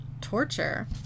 torture